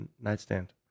nightstand